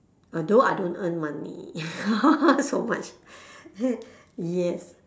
although I don't earn money so much yes